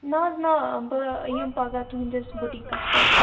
نہَ حظ نہَ بہٕ یِمہٕ پَگاہ تُہٕنٛدِس بُٹیٖکَس پٮ۪ٹھ